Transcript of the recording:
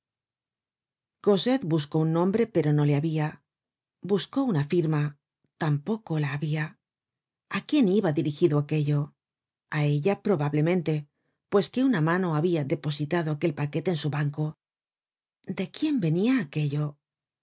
cosette buscó un nombre pero no le habia buscó una firma tam poco la habia a quién iba dirigido aquello a ella probablemente pues que una mano habia depositado aquel paquete en su banco de quién venia aquello